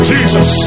Jesus